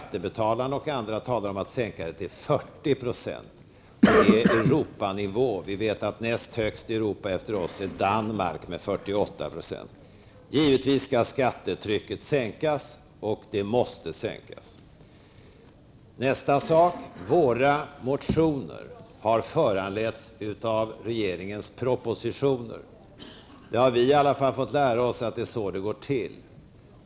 Skattebetalarna talar om att sänka skattetrycket till 40 %, till ''Europanivå''. Näst högst i Europa efter oss är Danmark med 48 %. Givetvis skall skattetrycket sänkas, och det måste sänkas. Nästa sak: Våra motioner har föranletts av regeringens propositioner. Det har vi i alla fall fått lära oss att det är så det går till.